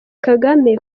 kagame